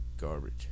Garbage